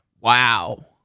Wow